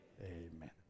Amen